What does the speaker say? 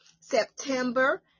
september